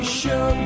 show